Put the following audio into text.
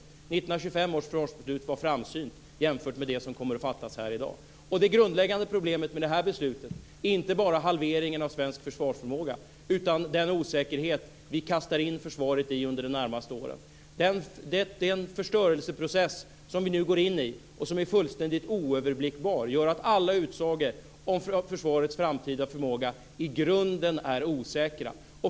1925 års försvarsbeslut var framsynt jämfört med det som kommer att fattas här i morgon. Det grundläggande problemet med det här beslutet är inte bara halveringen av svensk försvarsförmåga, utan den osäkerhet vi kastar in försvaret i under de närmaste åren. Den förstörelseprocess som vi nu går in i, och som är fullständigt oöverblickbar, gör att alla utsagor om försvarets framtida förmåga i grunden är osäkra.